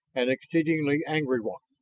an exceedingly angry one.